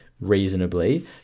reasonably